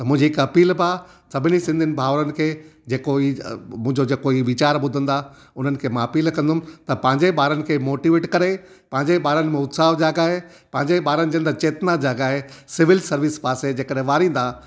मुंहिंजी हिकु अपील बि आहे सभिनी सिंधी भाउरनि खे जेको ई मुंहिंजो जेको ई वीचारु ॿुधंदा उन्हनि खे मां अपील कंदुमि त पंहिंजे ॿारनि खे मोटिवेट करे पंहिंजे ॿारनि में उत्साहु जॻाए पंहिंजे ॿारनि जे अंदरि चेतना जॻाए सिविल सर्विस पासे जंहिं कॾहिं वारींदा